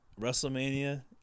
Wrestlemania